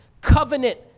covenant